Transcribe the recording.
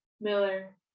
Miller